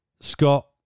Scott